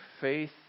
Faith